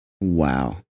Wow